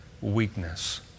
weakness